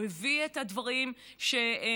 הוא הביא את הדברים שמנגד,